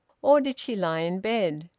or did she lie in bed?